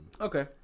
Okay